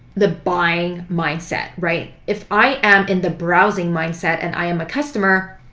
the buying mindset, right? if i am in the browsing mindset and i am a customer,